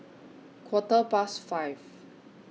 Quarter Past five